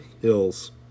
hills